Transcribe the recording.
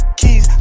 keys